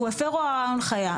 "הוא הפר הוראה או הנחיה".